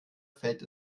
fällt